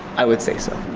i would say so.